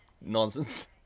nonsense